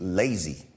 lazy